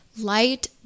light